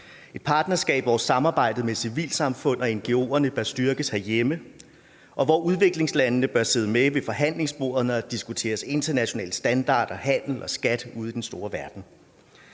et partnerskab, hvor samarbejde med civilsamfund og ngo'er bør styrkes herhjemme, og hvor udviklingslandene bør sidde med ved forhandlingsbordet, når der diskuteres internationale standarder, handel og skat ude i den store verden.